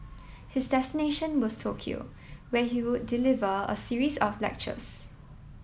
his destination was Tokyo where he would deliver a series of lectures